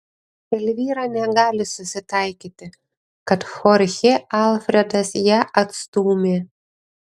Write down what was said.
elvyra negali susitaikyti kad chorchė alfredas ją atstūmė